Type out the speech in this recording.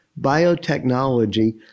biotechnology